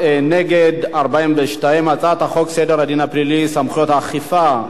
את הצעת חוק סדר הדין הפלילי (סמכויות אכיפה,